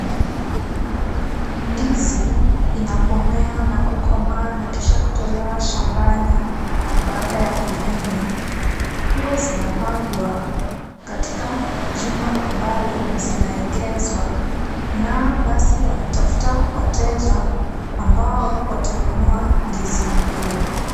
Ndizi, inapomea na kukomaa na kisha kutolewa shambani baada ya kuvunwa. Huwa zinapandwa katika jumba ambalo zinaekezwa na basi wanatafuta wateja ambao watanunua ndizi hiyo.